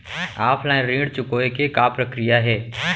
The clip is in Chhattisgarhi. ऑफलाइन ऋण चुकोय के का प्रक्रिया हे?